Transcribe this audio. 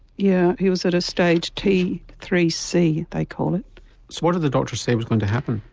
yeah, he was at a stage t three c they call it. so what did the doctor say was going to happen?